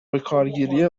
بکارگیری